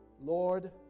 Lord